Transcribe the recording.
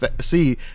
see